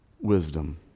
wisdom